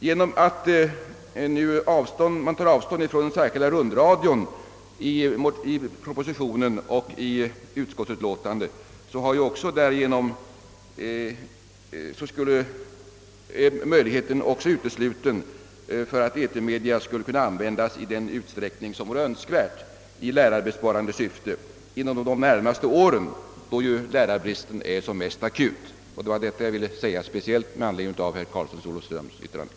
Genom att man i propositionen och i utskottets utlåtande tar avstånd från den särskilda rundradion uteslutes också möjligheten att använda etermedia i lärarbesparande syfte så som man skulle önska, speciellt inom de närmaste åren då lärarbristen är som mest akut. Det var detta jag ville säga, herr talman, med anledning av herr Karlssons i Olofström yttrande.